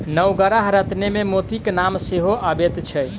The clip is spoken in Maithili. नवग्रह रत्नमे मोतीक नाम सेहो अबैत छै